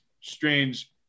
strange